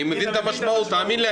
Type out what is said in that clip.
אני מבין את המשמעות, תאמין לי.